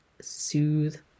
soothe